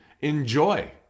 enjoy